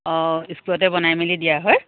অঁ স্কুলতে বনাই মেলি দিয়া হয়